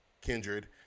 kindred